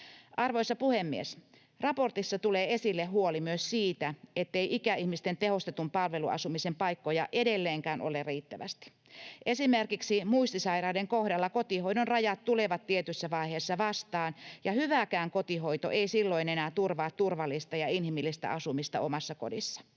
Arvoisa puhemies! Raportissa tulee esille huoli myös siitä, ettei ikäihmisten tehostetun palveluasumisen paikkoja edelleenkään ole riittävästi. Esimerkiksi muistisairaiden kohdalla kotihoidon rajat tulevat tietyssä vaiheessa vastaan, ja hyväkään kotihoito ei silloin enää turvaa turvallista ja inhimillistä asumista omassa kodissa.